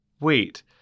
Wait